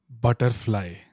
butterfly